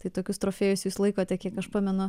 tai tokius trofėjus jūs laikote kiek aš pamenu